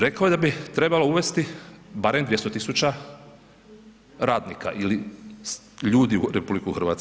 Rekao je da bi trebalo uvesti barem 200.000 radnika ili ljudi u RH.